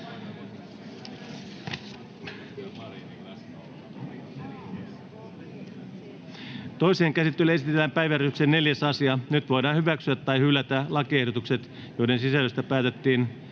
Toiseen käsittelyyn esitellään päiväjärjestyksen 4. asia. Nyt voidaan hyväksyä tai hylätä lakiehdotukset, joiden sisällöstä päätettiin